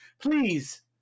Please